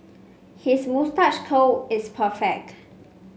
his moustache curl is perfect